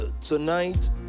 tonight